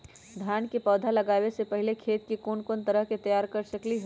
धान के पौधा लगाबे से पहिले खेत के कोन तरह से तैयार कर सकली ह?